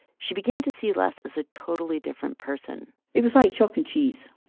she began to see les as a totally different person it was like chalk and cheese